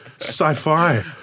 sci-fi